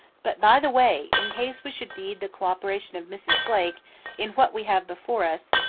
but, by the way, in case we should need the cooperation of mrs. blake in what we have before us,